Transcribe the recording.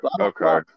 Okay